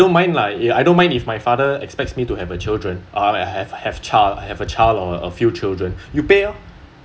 I don't mind lah I don't mind if my father expects me to have a children uh have have child have a child or a few children you pay lor